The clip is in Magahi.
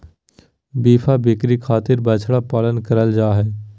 बीफ बिक्री खातिर बछड़ा पालन करल जा हय